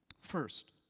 First